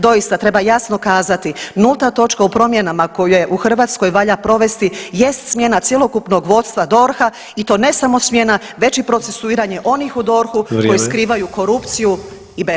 Doista treba jasno kazati, nulta točka u promjena koje u Hrvatskoj valja provesti jest smjena cjelokupnog vodstva DORH-a i to ne samo smjena već i procesuiranje onih u DORH-u [[Upadica Sanader: Vrijeme.]] koji skrivaju korupciju i bezvlašće.